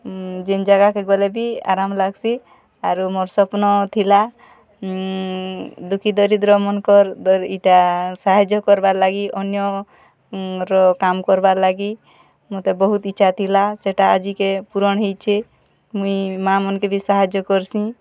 ଯେନ୍ ଜାଗାକେ ଗଲେ ବି ଆରାମ୍ ଲାଗ୍ସି ଆରୁ ମୋର୍ ସ୍ୱପ୍ନ ଥିଲା ଦୁଖୀ ଦରିଦ୍ର ମାନଙ୍କର୍ ଇ'ଟା ସାହାଯ୍ୟ କର୍ବାର୍ ଲାଗି ଅନ୍ୟ ର କାମ୍ କର୍ବାର୍ ଲାଗି ମତେ ବହୁତ୍ ଇଚ୍ଛା ଥିଲା ସେଟା ଆଜିକେ ପୁରଣ୍ ହେଇଛେ ମୁଇଁ ମାଆ ମାନ୍ଙ୍କେ ବି ସାହାଯ୍ୟ କରସିଁ